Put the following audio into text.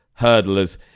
hurdlers